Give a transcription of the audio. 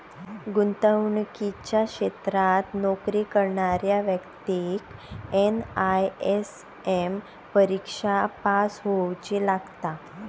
गुंतवणुकीच्या क्षेत्रात नोकरी करणाऱ्या व्यक्तिक एन.आय.एस.एम परिक्षा पास होउची लागता